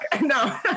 no